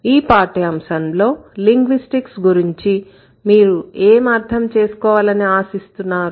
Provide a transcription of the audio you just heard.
ఈ పాఠ్యాంశంలో లింగ్విస్టిక్స్ గురించి మీరు ఏం అర్థం చేసుకోవాలని ఆశిస్తున్నారు